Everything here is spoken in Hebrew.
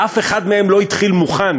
ואף אחד מהם לא התחיל מוכן.